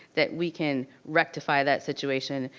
that we can rectify that situation,